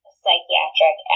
psychiatric